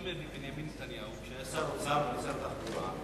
עם בנימין נתניהו כשהיה שר האוצר ושר התחבורה,